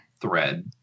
thread